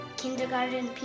kindergarten